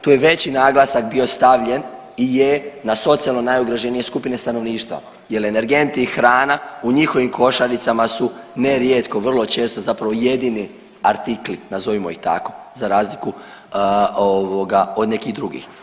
Tu je veći naglasak bio stavljen i je na socijalno najugroženije skupine stanovništva jer energenti i hrana u njihovim košaricama su ne rijetko vrlo često zapravo jedini artikli nazovimo ih tako za razliku od nekih drugih.